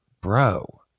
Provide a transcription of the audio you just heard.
bro